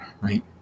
right